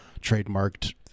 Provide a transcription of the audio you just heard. trademarked